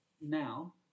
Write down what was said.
now